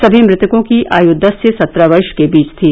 समी मृतकों की आयु दस से सत्रह वर्ष के बीच थी